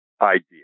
idea